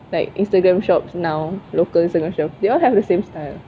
like Instagram shops now locals semua macam they all have the same style